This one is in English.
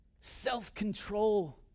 Self-control